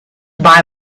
buy